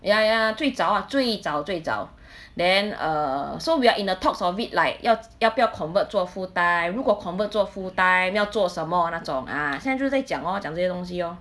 ya ya 最早啊最早最早 then err so we are in the talks of it like 要要不要 convert 做 full time 如果 convert 做 full 大要做什么那种啊先在就在讲咯讲这些东西咯